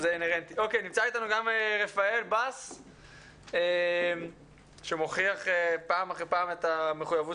נמצא איתנו רפאל בס שמוכיח פעם אחר פעם את המחויבות